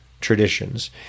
traditions